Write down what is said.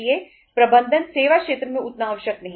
इसलिए प्रबंधन सेवा क्षेत्र में उतना आवश्यक नहीं है